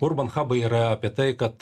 urbanhabai yra apie tai kad